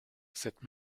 cette